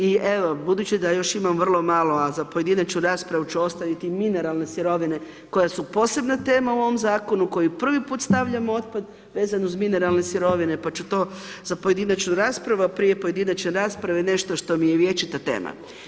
I evo, budući da imam još vrlo a za pojedinačnu raspravu ću nastaviti mineralne sirovine koje su posebna tema u ovom zakonu koji je prvi put stavljen otpad vezan uz mineralne sirovine, pa ću to za pojedinačnu raspravu a prije pojedinačne rasprave, nešto što mi je vječita tema.